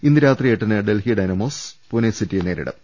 ഇന്ന് രാത്രി എട്ടിന് ഡൽഹി ഡൈനാ മോസ് പൂണെ സിറ്റിയെ നേരിടും